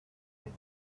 with